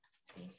see